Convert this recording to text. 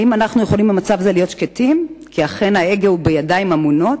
האם במצב זה אנו יכולים להיות שקטים כי אכן ההגה בידיים אמונות?